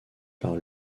par